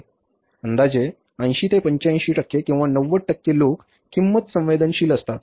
अंदाजे 80 ते 85 टक्के किंवा 90 टक्के लोक किंमत संवेदनशील असतात